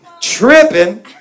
tripping